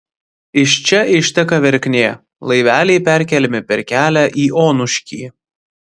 iš čia išteka verknė laiveliai perkeliami per kelią į onuškį